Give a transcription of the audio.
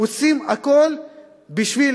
עושים הכול בשביל